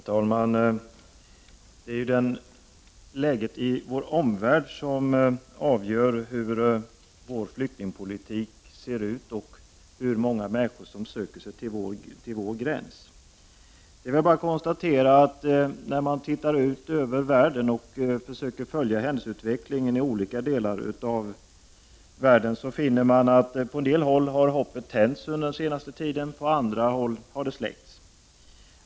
Herr talman! Det är läget i vår omvärld som avgör hur vår flyktingpolitik ser ut och hur många människor som söker sig till vår gräns. När man tittar ut över världen och försöker följa händelseutvecklingen, finner man att på en del håll har hoppet tänts under den senaste tiden, på andra håll har det släckts.